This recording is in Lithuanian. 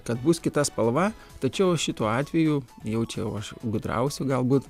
kad bus kita spalva tačiau šituo atveju jau čia jau aš gudrausiu galbūt